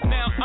Now